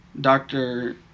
doctor